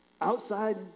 Outside